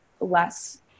less